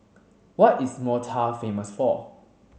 what is Malta famous for